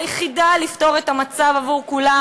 היחידה לפתור את המצב עבור כולם,